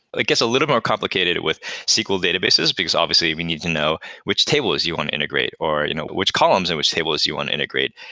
ah guess a little more complicated with sql databases, because obviously we need to know which tables you want to integrate, or you know which columns and which tables you want to integrate.